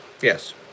yes